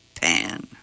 Pan